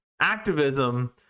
activism